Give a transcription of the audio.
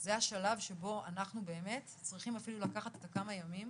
זה השלב שבו אנחנו צריכים באמת אפילו לקחת את הכמה ימים